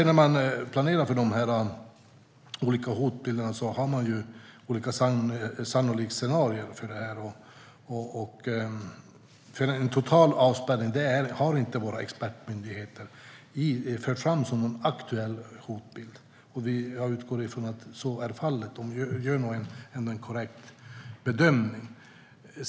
När man planerar för dessa olika hotbilder har man olika sannolikhetsscenarier för det. Våra expertmyndigheter har inte lyft fram en total avspärrning som en aktuell hotbild. Jag utgår från att så är fallet. De gör nog en korrekt bedömning.